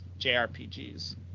JRPGs